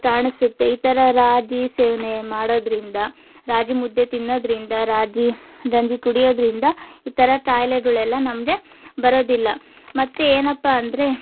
ಕಾಣಿಸುತ್ತೆ ಈ ಥರ ರಾಗಿ ಸೇವನೆ ಮಾಡೋದರಿಂದ ರಾಗಿ ಮುದ್ದೆ ತಿನ್ನೋದರಿಂದ ರಾಗಿ ಗಂಜಿ ಕುಡಿಯೋದರಿಂದ ಈ ಥರ ಕಾಯಿಲೆಗಳೆಲ್ಲ ನಮಗೆ ಬರೋದಿಲ್ಲ ಮತ್ತೆ ಏನಪ್ಪಾ ಅಂದರೆ